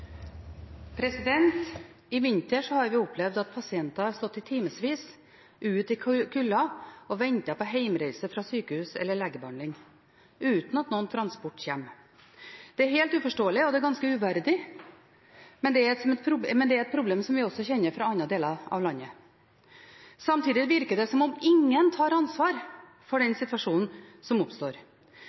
I vinter har vi opplevd at pasienter har stått i timevis ute i kulda og ventet på hjemreise fra sykehus eller legebehandling, uten at noen transport kommer. Det er helt uforståelig, og det er ganske uverdig, men det er et problem som vi også kjenner fra andre deler av landet. Samtidig virker det som om ingen tar ansvar for den situasjonen som oppstår